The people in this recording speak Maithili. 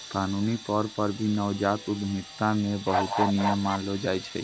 कानूनी तौर पर भी नवजात उद्यमिता मे बहुते नियम मानलो जाय छै